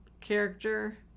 character